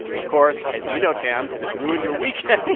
of course, as you know, tam, because it ruined your weekend,